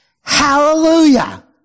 hallelujah